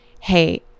hey